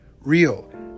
real